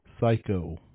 Psycho